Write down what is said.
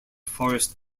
forest